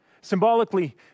Symbolically